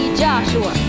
joshua